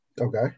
Okay